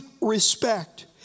respect